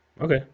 Okay